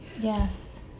Yes